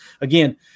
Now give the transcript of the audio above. again